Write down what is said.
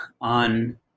on